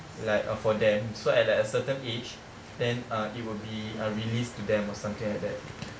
like uh for them so at a certain age then uh it will be uh released to them or something like that